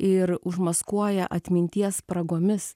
ir užmaskuoja atminties spragomis